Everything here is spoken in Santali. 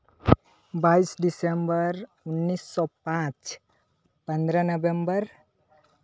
ᱵᱟᱭᱤᱥ ᱰᱤᱥᱮᱢᱵᱚᱨ ᱩᱱᱤᱥᱥᱚ ᱯᱟᱸᱪ ᱯᱚᱱᱨᱚ ᱱᱚᱵᱷᱮᱢᱵᱚᱨ